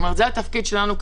זה התפקיד שלנו,